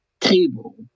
table